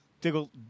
Diggle